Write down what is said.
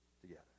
together